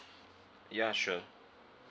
ya sure